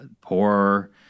Poor